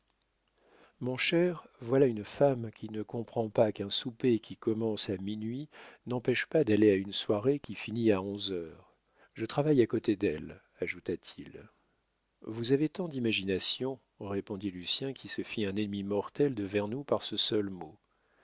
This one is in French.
mon cher voilà une femme qui ne comprend pas qu'un souper qui commence à minuit n'empêche pas d'aller à une soirée qui finit à onze heures je travaille à côté d'elle ajouta-t-il vous avez tant d'imagination répondit lucien qui se fit un ennemi mortel de vernou par ce seul mot